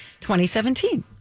2017